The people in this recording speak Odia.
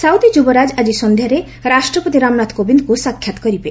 ସାଉଦି ଯୁବରାଜ ଆକି ସନ୍ଧ୍ୟାରେ ରାଷ୍ଟ୍ରପତି ରାମନାଥ କୋବିନ୍ଦ୍ଙ୍କୁ ସାକ୍ଷାତ୍ କରିବେ